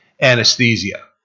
anesthesia